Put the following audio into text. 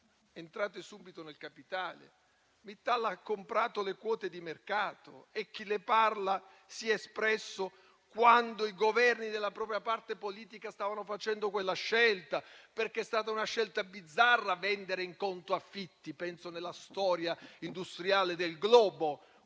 entrate subito nel capitale. Mittal ha comprato le quote di mercato e chi le parla si è espresso quando i Governi della propria parte politica stavano facendo quella scelta, perché è stata una scelta bizzarra vendere in conto affitti. Penso che, nella storia industriale del globo,